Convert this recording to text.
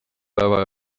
päeva